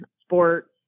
Sports